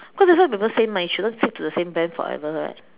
cause that's what people say mah you shouldn't stick to the same brand forever right